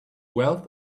wealth